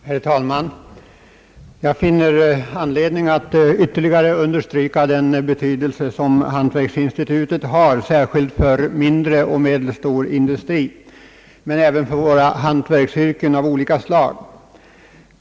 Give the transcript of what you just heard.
Herr talman! Jag finner anledning att ytterligare understryka den betydelse som hantverksinstitutet har särskilt för mindre och medelstor industri men även för våra hantverksyrken av olika slag.